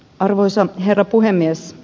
arvoisa herra puhemies